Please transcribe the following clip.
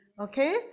Okay